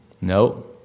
No